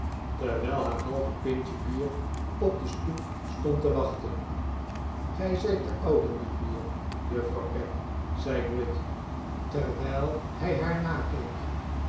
terwijl haar halve pintje bier op de stoep stond te wachten gij zijt de oude niet meer juffrouw peg zei gride terwijl hij haar nakeek